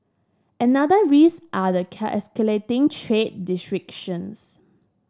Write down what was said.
another risk are the escalating trade